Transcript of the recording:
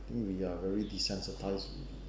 think we are really desensitised already